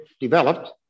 developed